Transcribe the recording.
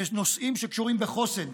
בנושאים שקשורים בחוסן,